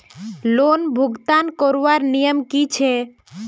Loan भुगतान करवार नियम की छे?